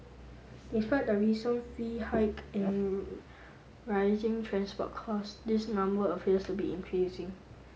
despite the recent fee hike and rising transport costs this number appears to be increasing